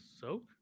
soak